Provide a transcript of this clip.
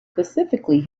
specifically